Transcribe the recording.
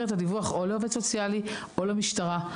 את הדיווח או לעובד סוציאלי או למשטרה.